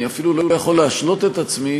אני אפילו לא יכול להשלות את עצמי